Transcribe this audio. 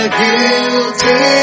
guilty